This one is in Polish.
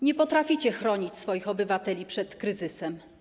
Nie potraficie chronić swoich obywateli przed kryzysem.